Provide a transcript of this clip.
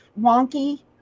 wonky